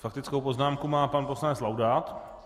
Faktickou poznámku má pan poslanec Laudát.